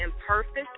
imperfect